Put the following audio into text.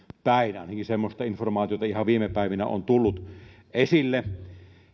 päin ainakin semmoista informaatiota ihan viime päivinä on tullut esille